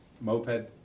moped